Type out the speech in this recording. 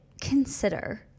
consider